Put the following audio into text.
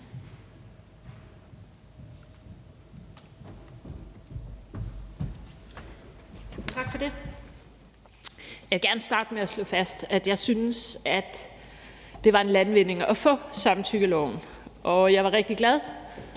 Tak for det. Jeg vil gerne starte med at slå fast, at jeg synes, at det var en landvinding at få samtykkeloven, og at jeg var rigtig glad,